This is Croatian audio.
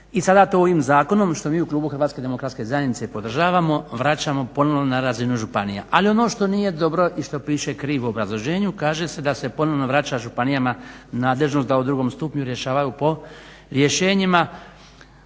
I sada to ovim zakonom što mi u klubu Hrvatske demokratske zajednice podržavamo vraćamo ponovo na razinu županija. Ali ono što nije dobro i što piše krivo u obrazloženju, kaže se da se ponovo vraća županijama nadležnost da u drugom stupnju rješavaju po rješenjima